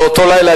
באותו לילה,